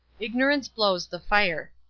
ignorance blows the fire.